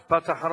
משפט אחרון,